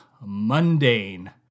mundane